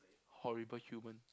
horrible human